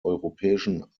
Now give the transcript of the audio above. europäischen